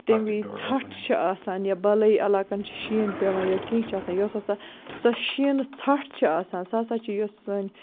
تَمہِ وِزِ ژَٹھ چھِ آسان یا بالٲیی علاقن چھُ شیٖن پیوان یا کیٚنہہ چھِ آسان یۄس ہسا سۄ شیٖنہٕ ژھٹھ چھِ آسان سُہ ہسا چھِ یۄس سٲنۍ